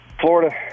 Florida